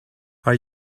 are